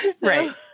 Right